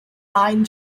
nine